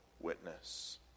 witness